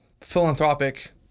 philanthropic